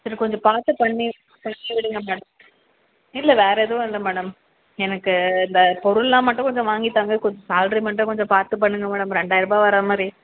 சரி கொஞ்சம் பார்த்து பண்ணி பண்ணி விடுங்க மேடம் இல்லை வேறு எதுவும் இல்லை மேடம் எனக்கு இந்த பொருளெலாம் மட்டும் கொஞ்சம் வாங்கித் தாங்க கொஞ்சம் சேல்ரி மட்டும் கொஞ்சம் பார்த்து பண்ணுங்க மேடம் ரெண்டாயிர ரூபாய் வர மாதிரி